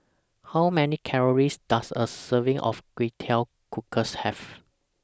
How Many Calories Does A Serving of Kway Teow Cockles Have